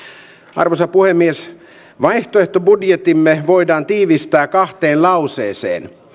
arvoisa puhemies vaihtoehtobudjettimme voidaan tiivistää kahteen lauseeseen